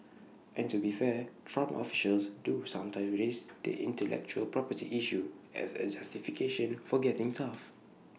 and to be fair Trump officials do sometimes raise the intellectual property issue as A justification for getting tough